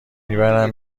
میبرم